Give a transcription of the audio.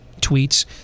tweets